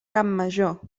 campmajor